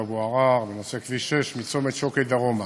אבו עראר בנושא: כביש 6 מצומת שוקת דרומה.